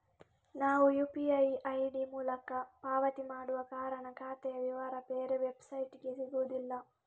ನಾವು UPI ID ಮೂಲಕ ಪಾವತಿ ಮಾಡುವ ಕಾರಣ ಖಾತೆಯ ವಿವರ ಬೇರೆ ವೆಬ್ಸೈಟಿಗೆ ಸಿಗುದಿಲ್ಲ